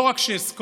לא רק שאזכור,